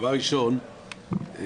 דבר ראשון,